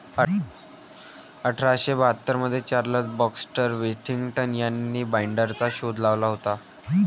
अठरा शे बाहत्तर मध्ये चार्ल्स बॅक्स्टर विथिंग्टन यांनी बाईंडरचा शोध लावला होता